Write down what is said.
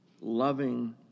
loving